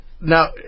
Now